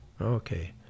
Okay